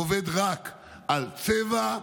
ועובד רק על צבע,